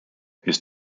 his